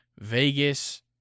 Vegas